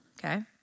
Okay